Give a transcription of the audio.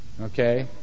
Okay